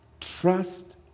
Trust